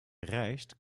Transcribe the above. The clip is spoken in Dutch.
reist